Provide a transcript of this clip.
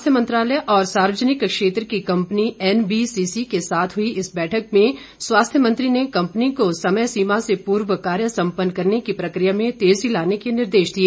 स्वास्थ्य मंत्रालय और सार्वजनिक क्षेत्र की कंपनी एनबीसीसी के साथ हुई इस बैठक में स्वास्थ्य मंत्री ने कंपनी को समय सीमा से पूर्व कार्य सम्पन्न करने की प्रक्रिया में तेजी लाने के निर्देश दिए